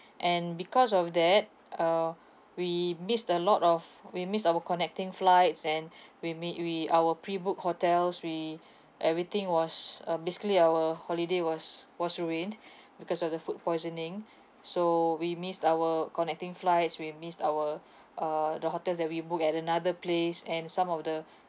and because of that uh we missed a lot of we miss our connecting flights and we make we our prebook hotels we everything was uh basically our holiday was was ruined because of the food poisoning so we miss our connecting flights we miss our uh the hotels that we book at another place and some of the